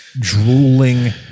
drooling